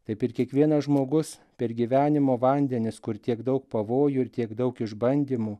taip ir kiekvienas žmogus per gyvenimo vandenis kur tiek daug pavojų ir tiek daug išbandymų